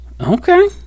Okay